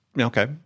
okay